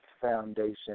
Foundation